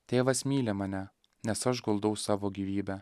tėvas myli mane nes aš guldau savo gyvybę